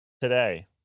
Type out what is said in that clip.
today